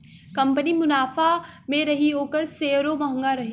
company मुनाफा मे रही ओकर सेअरो म्हंगा रही